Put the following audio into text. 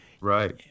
Right